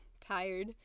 tired